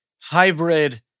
hybrid